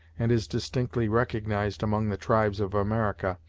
and as distinctly recognized among the tribes of america,